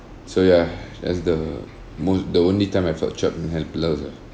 so ya that's the most the only time I felt trapped and helpless ah